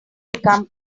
become